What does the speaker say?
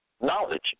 knowledge